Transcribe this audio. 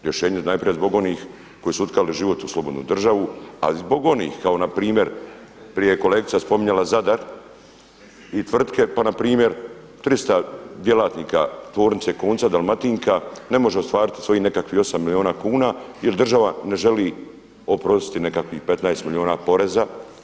Rješenje najprije zbog onih koji su utkali život u slobodnu državu, ali i zbog onih kao npr. prije je kolegica spominjala Zadar i tvrtke pa npr. 300 djelatnika tvornice konca Dalmatinka ne može ostvariti nekakvih 8 milijuna kuna jer država ne želi oprostiti nekakvih 15 milijuna poreza.